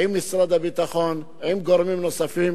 עם משרד הביטחון ועם גורמים נוספים.